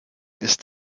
ist